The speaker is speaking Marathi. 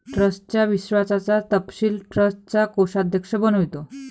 ट्रस्टच्या विश्वासाचा तपशील ट्रस्टचा कोषाध्यक्ष बनवितो